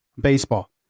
Baseball